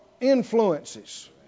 influences